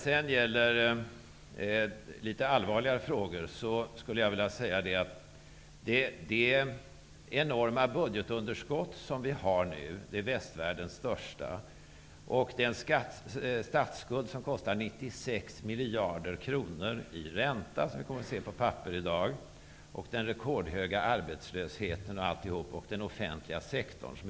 Sedan till litet allvarligare frågor. Vems fel är det enorma budgetunderskott som vi har, det största i västvärlden, den statsskuld som kostar 96 miljarder i ränta -- det kunde vi läsa om i dag -- den rekordhöga arbetslösheten och den förväxta offentliga sektorn?